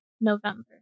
November